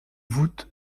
voûtes